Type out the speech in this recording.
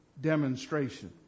demonstration